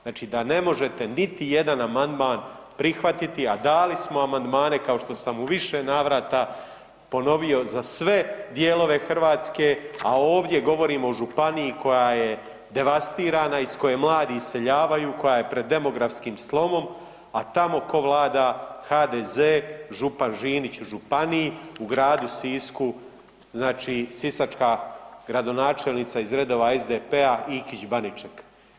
Znači da ne možete niti jedan amandman prihvatiti, a dali smo amandmane kao što sam u više navrta ponovio za svije dijelove Hrvatske, a ovdje govorimo o županiji koja je devastirana, iz koje mladi iseljavaju, koja je pred demografskim slomom, a tamo ko vlada HDZ, župan Žimić u županiji, u Gradu Sisku sisačka gradonačelnica iz redova SDP-a Ikić Baniček.